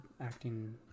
acting